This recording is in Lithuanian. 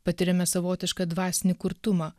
patiriame savotišką dvasinį kurtumą